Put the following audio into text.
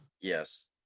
Yes